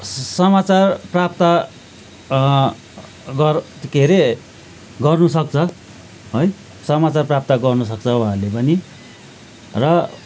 समाचार प्राप्त गर् के अरे गर्नुसक्छ है समाचार प्राप्त गर्नुसक्छ उहाँले पनि र